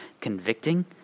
convicting